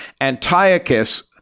Antiochus